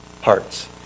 hearts